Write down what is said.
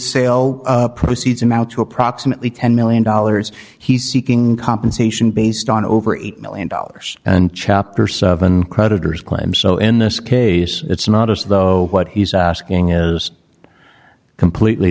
sale proceeds amount to approximately ten million dollars he's seeking compensation based on over eight million dollars and chapter seven creditors claim so in this case it's not as though what he's asking is completely